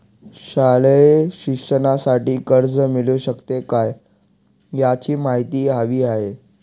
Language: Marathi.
शालेय शिक्षणासाठी कर्ज मिळू शकेल काय? याची माहिती हवी आहे